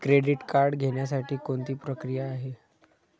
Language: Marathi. क्रेडिट कार्ड घेण्यासाठी कोणती प्रक्रिया आहे?